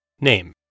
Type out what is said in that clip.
Name